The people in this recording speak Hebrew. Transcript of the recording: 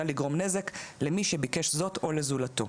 לגרום נזק למי שביקש זאת או לזולתו.